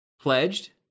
Pledged